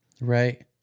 Right